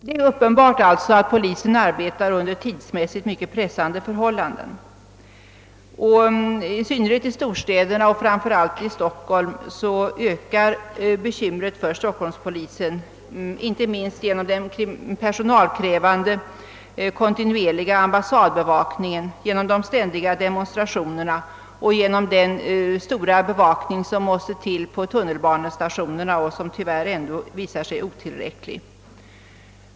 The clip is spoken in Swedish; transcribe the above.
Polisen arbetar sålunda under tidsmässigt mycket pressande förhållanden, i synnerhet i storstäderna. I Stockholm ökar bekymren inte minst genom den personalkrävande kontinuerliga ambassadbevakningen, genom de ständiga demonstrationerna och genom den kraftiga bevakning som måste till på tunnelbanestationerna och som tyvärr ändå visar sig otillräcklig.